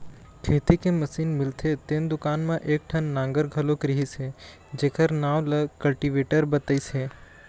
खेती के मसीन मिलथे तेन दुकान म एकठन नांगर घलोक रहिस हे जेखर नांव ल कल्टीवेटर बतइस हे